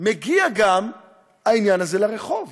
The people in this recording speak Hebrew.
גם מגיע העניין הזה לרחוב.